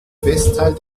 westteil